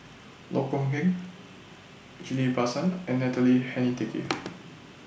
Loh Kok Heng Ghillie BaSan and Natalie Hennedige